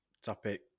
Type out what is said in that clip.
topic